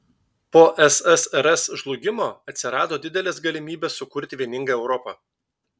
po ssrs žlugimo atsirado didelės galimybės sukurti vieningą europą